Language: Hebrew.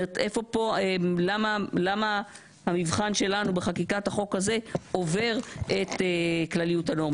למה המבחן שלנו בחקיקת החוק הזה עובר את כלליות הנורמה?